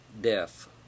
death